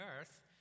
earth